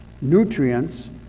nutrients